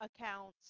accounts